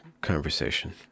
conversation